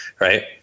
Right